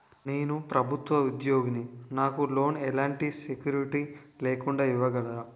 నేను ప్రభుత్వ ఉద్యోగిని, నాకు లోన్ ఎలాంటి సెక్యూరిటీ లేకుండా ఇవ్వగలరా?